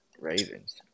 ravens